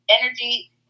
energy